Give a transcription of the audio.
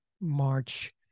March